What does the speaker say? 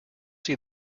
see